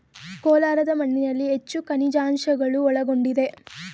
ಕೋಲಾರದ ಮಣ್ಣಿನಲ್ಲಿ ಹೆಚ್ಚು ಖನಿಜಾಂಶಗಳು ಒಳಗೊಂಡಿದೆ